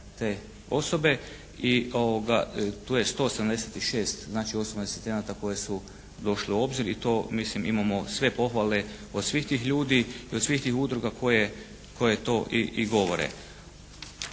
te osobe i tu je 176 znači osobnih asistenata koji su došli u obzir i to mislim imamo sve pohvale od svih tih ljudi i od svih tih udruga koje to i govore.